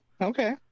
okay